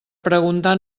preguntar